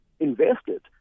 invested